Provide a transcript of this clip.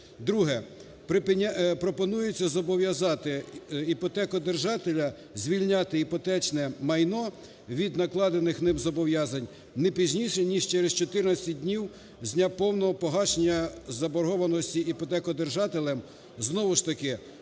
Друге. Пропонується зобов'язатиіпотекодержателя звільняти іпотечне майно від накладених ним зобов'язань не пізніше ніж через 14 днів з дня повного погашення заборгованості іпотекодержателем знову ж таки